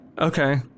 Okay